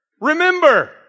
remember